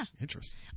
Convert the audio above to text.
Interesting